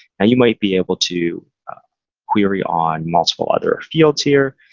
and you might be able to query on multiple other fields here.